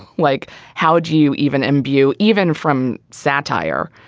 like how do you even imbue even from satire.